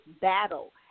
battle